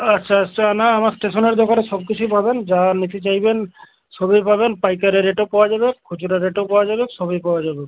আচ্ছা আচ্ছা না আমার স্টেশনের দোকানে সব কিছুই পাবেন যা নিতে চাইবেন সবই পাবেন পাইকারি রেটও পাওয়া যাবে খুচরো রেটেও পাওয়া যাবেক সবেই পাওয়া যাবে